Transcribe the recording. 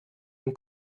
dem